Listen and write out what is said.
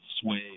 sway